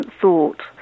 thought